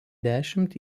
dešimt